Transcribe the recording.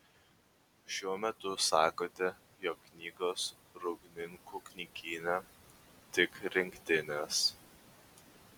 šiuo metu sakote jog knygos rūdninkų knygyne tik rinktinės